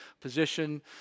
position